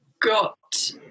got